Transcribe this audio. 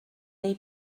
neu